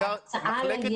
אז ההקצאה לילד -- גברתי,